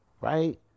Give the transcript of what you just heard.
right